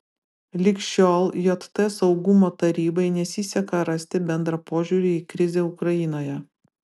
lig šiol jt saugumo tarybai nesiseka rasti bendrą požiūrį į krizę ukrainoje